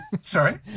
Sorry